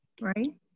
right